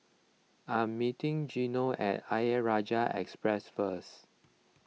I am meeting Gino at Ayer Rajah Express first